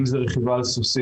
אם זה רכיבה על סוסים,